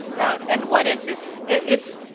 and what is this, it's,